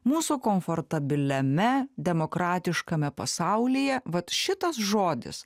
mūsų komfortabiliame demokratiškame pasaulyje vat šitas žodis